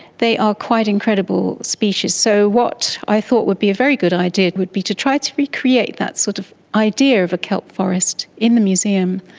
they are quite incredible species. so what i thought would be a very good idea would be to try to recreate that sort of idea of a kelp forest in the museum,